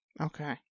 okay